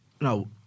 No